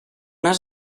has